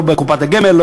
לא בקופת הגמל,